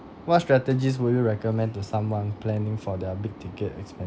what strategies would you recommend to someone planning for their big ticket expenditures